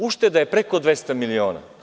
Ušteda je preko 200 miliona.